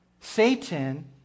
Satan